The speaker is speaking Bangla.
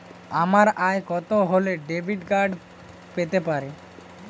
আমার আয় কত হলে ডেবিট কার্ড পেতে পারি?